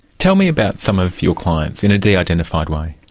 tell me about some of your clients, in a de-identified way.